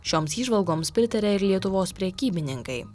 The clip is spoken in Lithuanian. šioms įžvalgoms pritaria ir lietuvos prekybininkai